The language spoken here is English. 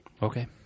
Okay